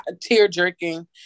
tear-jerking